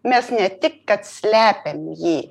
mes ne tik kad slepiam jį